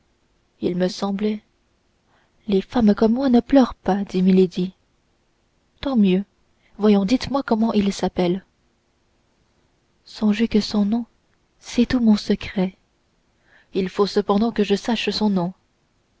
il me semblait les femmes comme moi ne pleurent pas dit milady tant mieux voyons dites-moi comment il s'appelle songez que son nom c'est tout mon secret il faut cependant que je sache son nom